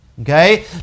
Okay